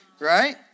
Right